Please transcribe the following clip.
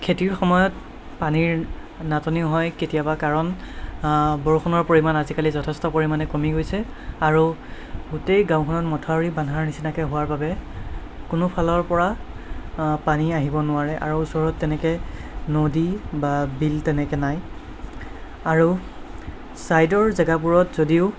খেতিৰ সময়ত পানীৰ নাটনি হয় কেতিয়াবা কাৰণ বৰষুণৰ পৰিমাণ আজিকালি যথেষ্ট পৰিমাণে কমি গৈছে আৰু গোটেই গাঁওখনত মথাউৰি বন্ধাৰ নিচিনাকৈ হোৱাৰ বাবে কোনোফালৰপৰা পানী আহিব নোৱাৰে আৰু ওচৰত তেনেকৈ নদী বা বিল তেনেকৈ নাই আৰু চাইডৰ জেগাবোৰত যদিও